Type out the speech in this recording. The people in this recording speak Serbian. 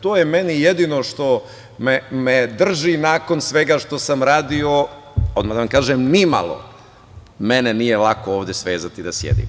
To je meni jedino što me drži nakon svega što sam radio, odmah da vam kažem, ni malo mene nije lako ovde svezati da sedim.